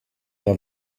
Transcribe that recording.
der